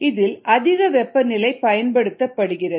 இதில் அதிக வெப்பநிலை பயன்படுத்தப்படுகிறது